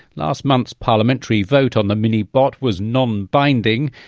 last month's parliamentary vote on the mini-bot was non-binding.